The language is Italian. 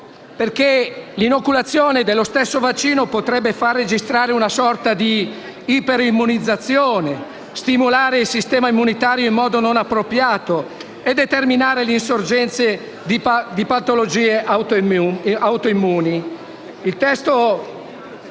perché l'inoculazione dello stesso vaccino potrebbe far registrare una sorta di iperimmunizzazione, stimolare il sistema immunitario in modo non appropriato e determinare l'insorgenza di patologie autoimmuni.